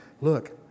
look